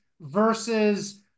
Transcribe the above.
versus